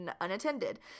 unattended